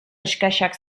exkaxak